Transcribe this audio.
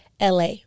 la